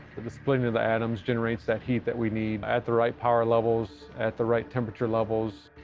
the splitting of the atoms generates that heat that we need at the right power levels, at the right temperature levels,